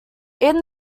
even